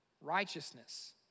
righteousness